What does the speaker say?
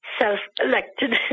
self-elected